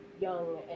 young